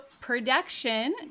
production